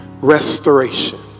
restoration